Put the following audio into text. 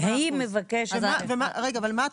7% למה?